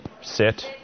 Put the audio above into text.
sit